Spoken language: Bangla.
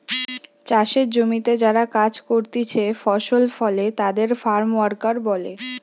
চাষের জমিতে যারা কাজ করতিছে ফসল ফলে তাদের ফার্ম ওয়ার্কার বলে